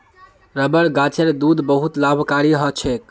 rubber गाछेर दूध बहुत लाभकारी ह छेक